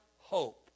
hope